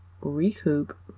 recoup